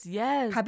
yes